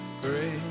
great